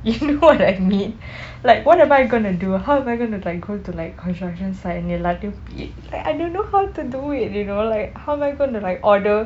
you know what I mean like what am I going to do how am I going to like go to like construction site and எல்லார் கிட்டையும்:ellar kitteiyum like I don't know how to do it you know like how am I going to like order